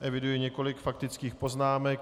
Eviduji několik faktických poznámek.